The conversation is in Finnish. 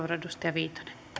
arvoisa rouva